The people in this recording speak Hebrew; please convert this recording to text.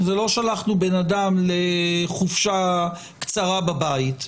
זה לא ששלחנו בן אדם לחופשה קצרה בבית.